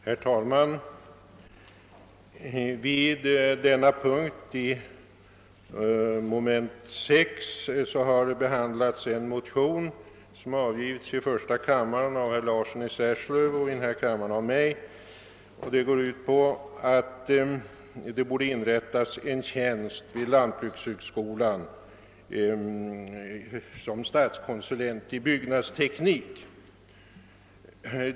Herr talman! Vid denna punkt har i mom. 6 behandlats en motion som avgivits i första kammaren av herr Thorsten Larsson och i denna kammare av mig. I motionen föreslås inrättande av en tjänst som statskonsulent i byggnadsteknik vid lantbrukshögskolan.